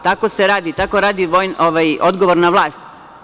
Tako se radi, tako radi odgovorna vlast.